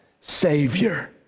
Savior